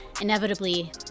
inevitably